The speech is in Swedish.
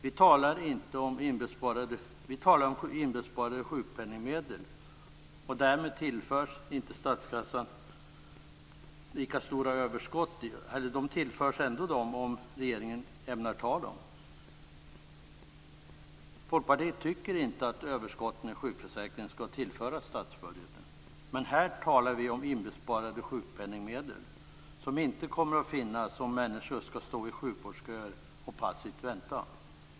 Vi talar om inbesparade sjukpenningsmedel, och därmed tillförs inte statskassan lika stora överskott, eller gör det om regeringen ämnar ta dem. Folkpartiet tycker inte att överskotten i sjukförsäkringen skall tillföras statsbudgeten. Men här talar vi om inbesparade sjukpenningsmedel som inte kommer att finnas om människor skall stå i sjukvårdsköer och passivt vänta.